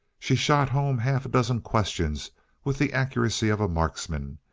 she shot home half a dozen questions with the accuracy of a marksman,